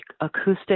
acoustic